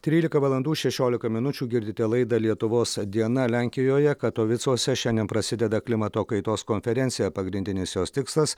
trylika valandų šešiolika minučių girdite laidą lietuvos diena lenkijoje katovicuose šiandien prasideda klimato kaitos konferencija pagrindinis jos tikslas